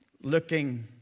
looking